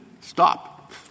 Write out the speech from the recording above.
Stop